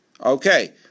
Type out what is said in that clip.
Okay